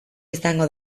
izango